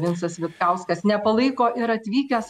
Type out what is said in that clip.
vincas vitkauskas nepalaiko ir atvykęs